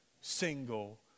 single